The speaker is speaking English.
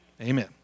Amen